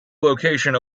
location